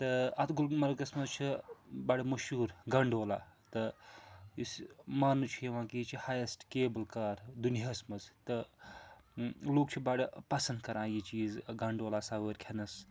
تہٕ اَتھ گُلمرگَس منٛز چھِ بَڑٕ مشہوٗر گَنڈولا تہٕ یُس ماننہٕ چھُ یِوان کہِ یہِ چھِ ہایسٹ کیبٕل کار دُنیاہَس منٛز تہٕ لُکھ چھِ بَڑٕ پَسنٛد کَران یہِ چیٖز گَنڈولا سَوٲرۍ کھینَس